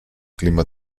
clima